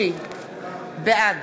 אם מישהו רוצה, שנייה, מירב.